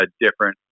different